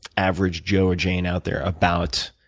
average joe or jane out there about